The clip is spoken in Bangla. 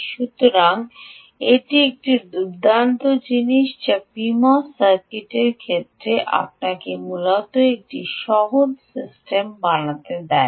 সুতরাং এটি একটি দুর্দান্ত জিনিস যা পমোস সার্কিটের ক্ষেত্রে আপনি মূলত একটি সহজ সিস্টেম বানাতে পারেন